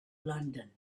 london